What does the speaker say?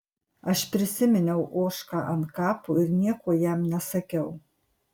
aš prisiminiau ožką ant kapo ir nieko jam nesakiau